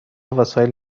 وسایل